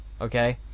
okay